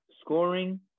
scoring